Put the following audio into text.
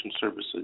services